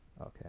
Okay